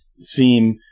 seem